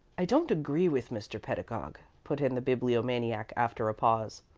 i don't agree with mr. pedagog, put in the bibliomaniac, after a pause.